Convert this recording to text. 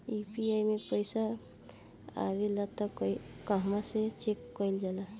UPI मे पइसा आबेला त कहवा से चेक कईल जाला?